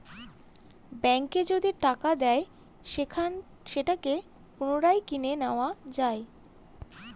ব্যাঙ্কে যদি টাকা দেয় সেটাকে পুনরায় কিনে নেত্তয়া যায়